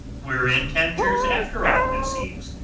we're in tangiers, after all, it seems,